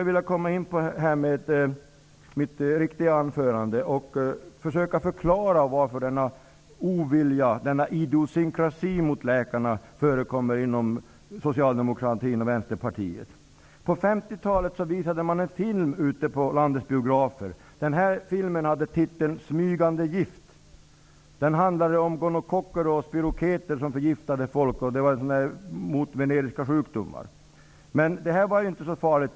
Nu vill jag komma in på mitt riktiga anförande. Jag skall försöka förklara varför denna ovilja, denna idiosynkrasi, mot läkarna förekommer inom socialdemokratin och Vänsterpartiet. På 1950-talet visades en film på landets biografer. Filmen hade titeln Smygande gift. Den handlade om gonokocker och spirocheter som förgiftade folk. Det var en film som varnade mot veneriska sjukdomar.